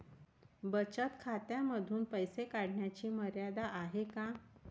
बचत खात्यांमधून पैसे काढण्याची मर्यादा आहे का?